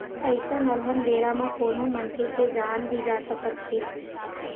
अइसन अलहन बेरा म कोनो मनखे के जान भी जा सकत हे